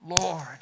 Lord